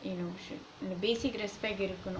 you know basic respect இருக்கனும்:irukkanum